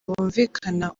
bumvikana